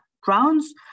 grounds